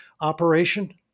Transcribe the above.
operation